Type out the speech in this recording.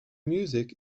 music